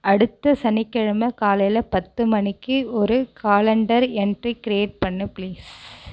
அடுத்த சனிக்கிழமை காலையில் பத்து மணிக்கு ஒரு காலண்டர் எண்ட்ரி க்ரியேட் பண்ணு ப்ளீஸ்